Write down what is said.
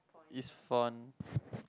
is fun